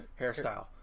hairstyle